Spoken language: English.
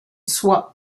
swap